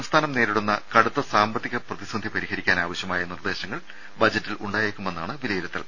സംസ്ഥാനം നേരിടുന്ന കടുത്ത സാമ്പത്തിക പ്രതിസന്ധി പരിഹരിക്കാൻ ആവശ്യമായ നിർദേശങ്ങൾ ബജറ്റിലുണ്ടായേക്കുമെന്നാണ് വിലയിരുത്തൽ